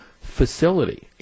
facility